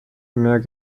mehr